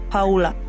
Paula